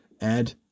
add